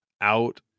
out